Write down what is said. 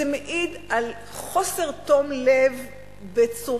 זה מעיד על חוסר תום לב קיצוני.